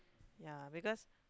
ya because